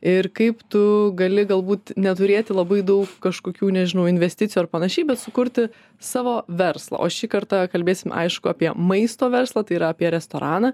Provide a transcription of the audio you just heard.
ir kaip tu gali galbūt neturėti labai daug kažkokių nežinau investicijų ar panašiai bet sukurti savo verslą o šį kartą kalbėsim aišku apie maisto verslą tai yra apie restoraną